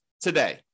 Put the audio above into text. today